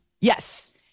Yes